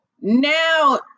Now